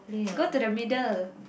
go to the middle